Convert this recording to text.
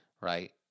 Right